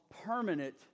permanent